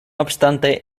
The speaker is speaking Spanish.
obstante